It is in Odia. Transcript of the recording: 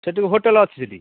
ସେଇଠି ହୋଟେଲ୍ ଅଛି ସେଇଠି'